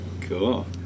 Cool